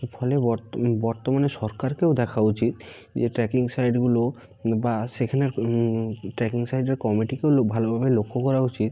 ফলে বর্তমানে সরকারকেও দেখা উচিত যে ট্রেকিং সাইটগুলো বা সেখানের ট্রেকিং সাইটের কমিটিকেও ভালোভাবে লক্ষ্য করা উচিত